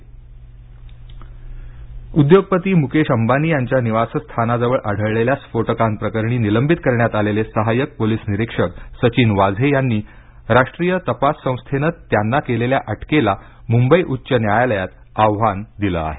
सचिन वाझे उद्योगपती मुकेश अंबानी यांच्या निवासस्थानाजवळ आढळलेल्या स्फोटकांप्रकरणी निलंबित करण्यात आलेले सहायक पोलीस निरीक्षक सचिन वाझे यांनी राष्ट्रीय तपास संस्थेनं त्यांना केलेल्या अटकेला मुंबई उच्च न्यायालयात आव्हान दिलं आहे